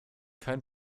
kein